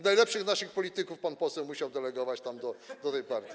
Najlepszych naszych polityków pan poseł musiał delegować tam do tej partii.